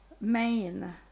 main